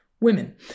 Women